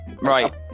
Right